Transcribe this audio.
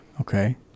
Okay